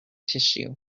tissue